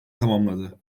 tamamladı